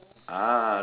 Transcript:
ah